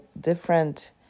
different